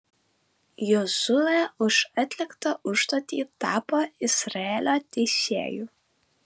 jozuė už atliktą užduotį tapo izraelio teisėju